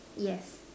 yes